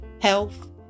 health